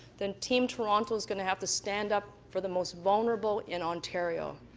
then team toronto's going to have to stand up for the most vulnerable in ontario.